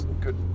good